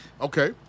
Okay